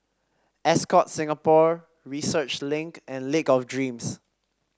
Ascott Singapore Research Link and Lake of Dreams